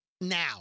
now